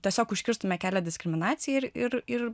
tiesiog užkirstume kelią diskriminacijai ir ir ir